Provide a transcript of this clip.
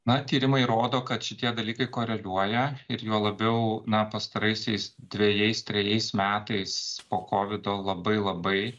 na tyrimai rodo kad šitie dalykai koreliuoja ir juo labiau na pastaraisiais dvejais trejais metais po kovido labai labai